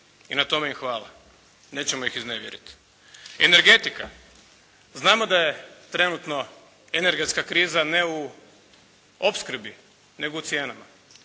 i na tome im hvala. Nećemo ih iznevjeriti. Energetika. Znamo da je trenutno energetska kriza ne u opskrbi, nego u cijenama.